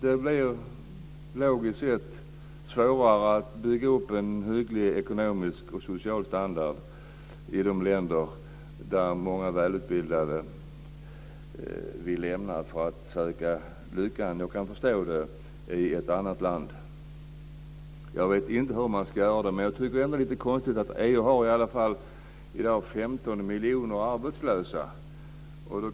Det blir logiskt sett svårare att bygga upp en hygglig ekonomisk och social standard i de länder där många välutbildade vill åka i väg för att söka lyckan i ett annat land. Jag vet inte vad man ska göra, men jag tycker att det är konstigt. EU har i dag ändå 15 miljoner arbetslösa.